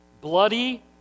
bloody